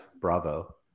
Bravo